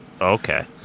Okay